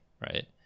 right